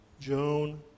Joan